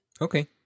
okay